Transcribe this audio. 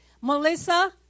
Melissa